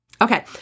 Okay